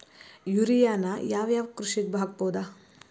ಯೂರಿಯಾನ ಯಾವ್ ಯಾವ್ ಕೃಷಿಗ ಹಾಕ್ಬೋದ?